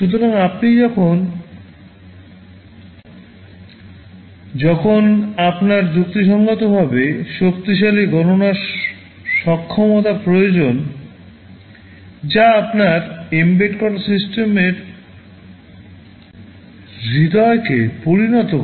সুতরাং আপনি যখন ARM প্রসেসরটি ব্যবহার করেন যখন আপনার যুক্তিসঙ্গতভাবে শক্তিশালী গণনার সক্ষমতা প্রয়োজন যা আপনার এম্বেড করা সিস্টেমের হৃদয়কে পরিণত করে